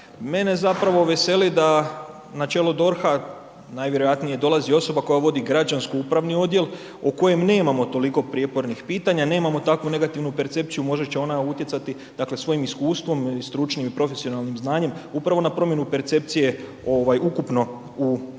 Mene zapravo veseli da na čelo DORH-a najvjerojatnije dolazi osoba koja vodi građansko-upravni odjel o kojem nemamo toliko prijepornih pitanja, nemamo takvu negativnu percepciju, možda će ona utjecati, dakle svojim iskustvom, stručnim i profesionalnim znanjem upravo na promjenu percepcije ovaj,